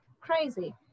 crazy